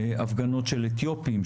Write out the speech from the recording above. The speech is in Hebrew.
הפגנות של אתיופים,